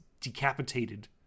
decapitated